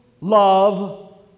love